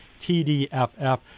TDFF